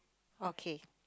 okay